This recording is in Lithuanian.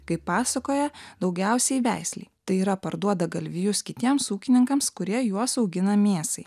kaip pasakoja daugiausiai veislei tai yra parduoda galvijus kitiems ūkininkams kurie juos augina mėsai